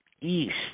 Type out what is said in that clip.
East